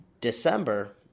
December